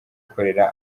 ikorera